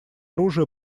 оружие